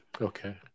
Okay